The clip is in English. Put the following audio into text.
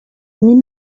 lynn